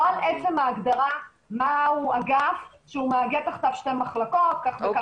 לא על עצם ההגדרה מהו אגף שהוא מאגד תחתיו שתי מחלקות וכך וכך עובדים.